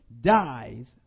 dies